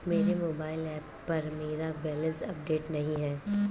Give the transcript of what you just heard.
मेरे mobile app पर मेरा बैलेंस अपडेट नहीं है